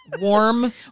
Warm